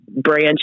branch